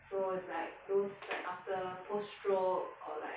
so it's like those like after post stroke or like